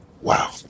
Wow